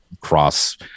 cross